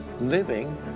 living